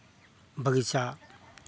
बगीचा